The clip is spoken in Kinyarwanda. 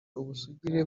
ubusugire